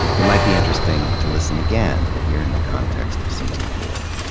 it might be interesting to listen again here in the context of season four.